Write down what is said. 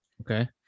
okay